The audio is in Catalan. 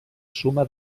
suma